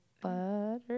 butter